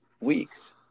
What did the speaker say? weeks